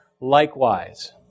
likewise